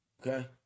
Okay